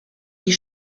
die